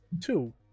two